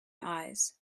eyes